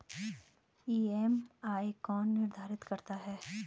EMI कौन निर्धारित करता है?